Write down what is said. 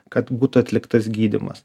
kad būtų atliktas gydymas